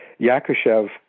Yakushev